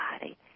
body